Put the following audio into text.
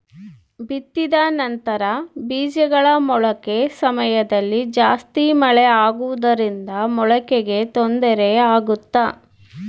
ಬಿತ್ತಿದ ನಂತರ ಬೇಜಗಳ ಮೊಳಕೆ ಸಮಯದಲ್ಲಿ ಜಾಸ್ತಿ ಮಳೆ ಆಗುವುದರಿಂದ ಮೊಳಕೆಗೆ ತೊಂದರೆ ಆಗುತ್ತಾ?